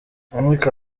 ariko